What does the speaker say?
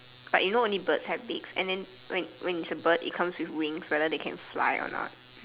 but you know only bird have beaks and than when when its a bird it comes with wings rather they can fly or not